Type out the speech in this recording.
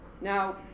Now